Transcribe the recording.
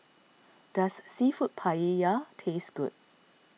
does Seafood Paella taste good